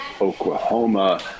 Oklahoma